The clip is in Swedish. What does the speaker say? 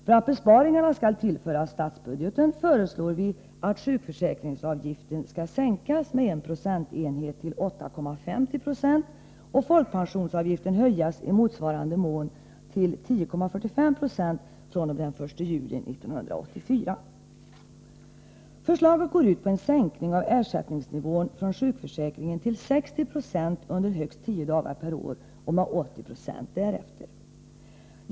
För att besparingarna skall tillföras statsbudgeten föreslår vi att sjukförsäkringsavgiften skall sänkas med 1 procentenhet till 8,5 20 och folkpensionsavgiften höjas i motsvarande mån till 10,45 9 fr.o.m. den 1 juli 1984. Förslaget innebär en sänkning av ersättningsnivån från sjukförsäkringen till 60 90 under högst tio dagar per år och med 80 96 därefter.